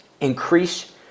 increase